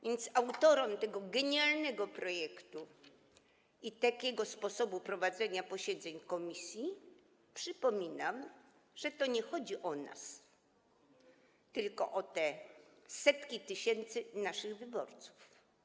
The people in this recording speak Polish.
Więc autorom tego genialnego projektu i takiego sposobu prowadzenia posiedzeń komisji przypominam, że nie chodzi o nas, tylko o te setki tysięcy naszych wyborców.